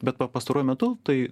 bet pa pastaruoju metu tai